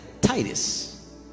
Titus